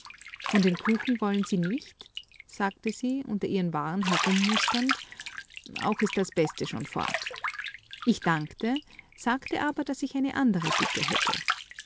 von den kuchen wollen sie nicht sagte sie unter ihren waren herummusternd auch ist das beste schon fort ich dankte sagte aber daß ich eine andere bitte hätte